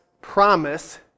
promise